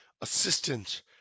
assistance